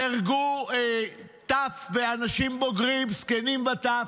נהרגו טף ואנשים בוגרים, זקנים וטף,